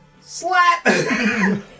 Slap